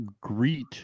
greet